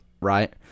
right